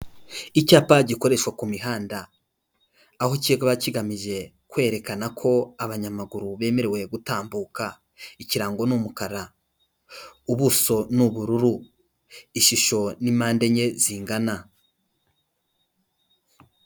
Icyapa gikoreshwa ku mihanda, aho kiba kigamije kwerekana ko abanyamaguru bemerewe gutambuka, ikirango ni umukara, ubuso ni ubururu, ishusho ni mpande enye zingana.